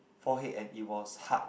forehead and it was hard